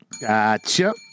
Gotcha